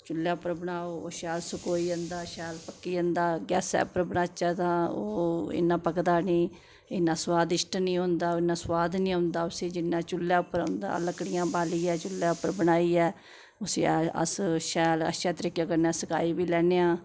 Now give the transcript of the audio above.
चुल्ले उप्पर बनाओ ओ शैल सकोई जंदा शैल पक्की जंदा गैसे उप्पर बनाचे ते ओह् इन्ना पकदा नेईं इन्ना सोआदिशट निं होंदा इन्ना सोआद निं होंदा उस्सी जिन्ना चुल्ले उप्पर हुन्दा लकड़ियां बालिये चुल्ले उप्पर उस्सी अस शैल अच्छे तरीके कन्नै सकाई बी लैने होन्ने आं